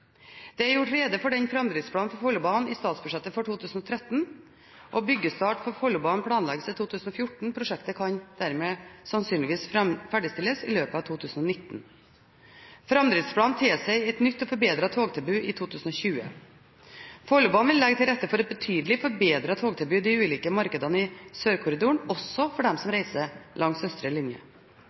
Det er gjort rede for framdriftsplanen for Follobanen i statsbudsjettet for 2013. Byggestart for Follobanen planlegges i 2014, og prosjektet kan dermed sannsynligvis ferdigstilles i løpet av 2019. Framdriftsplanen tilsier et nytt og forbedret togtilbud i 2020. Follobanen vil legge til rette for et betydelig forbedret togtilbud i de ulike markedene i Sørkorridoren, også for dem som reiser langs østre linje.